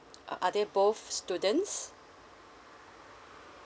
are are they both students